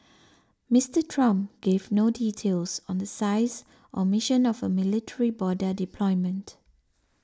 Mister Trump gave no details on the size or mission of a military border deployment